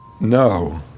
no